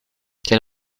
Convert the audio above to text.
quel